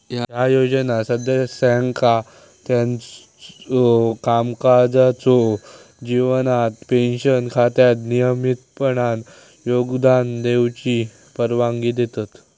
ह्या योजना सदस्यांका त्यांच्यो कामकाजाच्यो जीवनात पेन्शन खात्यात नियमितपणान योगदान देऊची परवानगी देतत